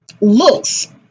looks